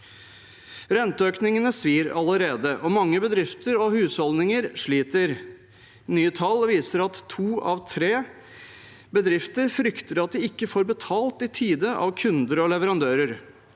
Renteøkningene svir allerede, og mange bedrifter og husholdninger sliter. Nye tall viser at to av tre bedrifter frykter at de ikke får betalt i tide av kunder og leverandører.